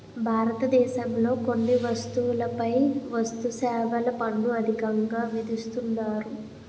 భారతదేశంలో కొన్ని వస్తువులపై వస్తుసేవల పన్ను అధికంగా విధిస్తున్నారు